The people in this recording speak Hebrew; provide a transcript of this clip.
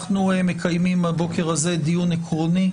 אנו מקיימים הבוקר דיון עקרוני.